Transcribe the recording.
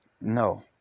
no